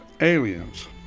aliens